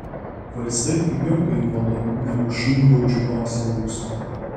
vaistai pigiau kainuotų negu šungaudžių paslaugos